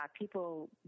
People